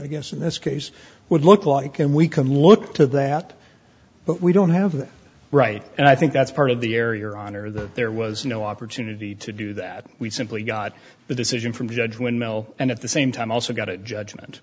against in this case would look like and we can look to that but we don't have that right and i think that's part of the air your honor that there was no opportunity to do that we simply got the decision from judge windmill and at the same time also got a judgment